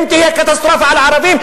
אם תהיה קטסטרופה על ערבים,